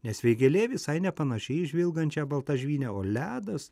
nes vėgėlė visai nepanaši į žvilgančią baltažvynę o ledas